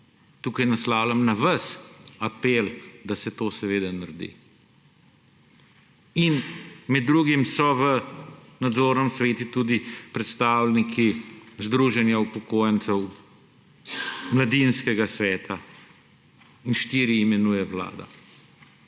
Tukaj naslavljam na vas apel, da se to seveda naredi. In med drugim so v nadzornem svetu tudi predstavniki združenja upokojencev, mladinskega sveta in štiri imenuje Vlada.